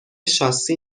شاسی